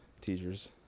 teachers